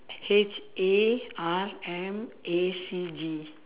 H A R M A C G